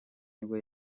nibwo